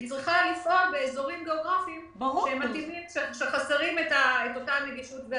היא צריכה לפעול באזורים גיאוגרפיים שחסרים את אותה נגישות.